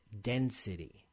density